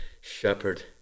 shepherd